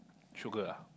sugar ah